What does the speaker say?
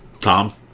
Tom